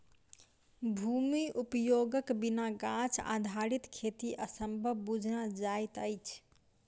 भूमि उपयोगक बिना गाछ आधारित खेती असंभव बुझना जाइत अछि